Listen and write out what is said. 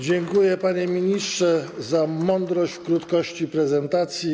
Dziękuję, panie ministrze, za mądrość w krótkości prezentacji.